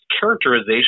characterization